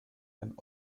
ein